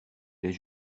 l’est